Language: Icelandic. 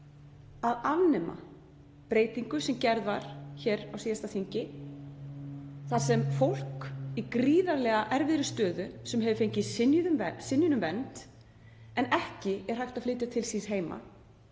að afnema breytingu sem gerð var hér á síðasta þingi þar sem fólk í gríðarlega erfiðri stöðu — sem hefur fengið synjun um vernd en ekki er hægt að flytja til síns heima,